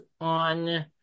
on